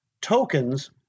tokens